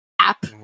app